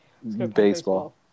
baseball